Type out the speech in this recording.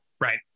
Right